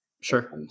Sure